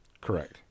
Correct